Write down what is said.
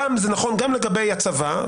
זה נכון גם לגבי הצבא,